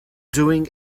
doing